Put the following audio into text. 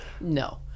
no